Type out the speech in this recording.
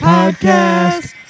Podcast